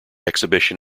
exhibition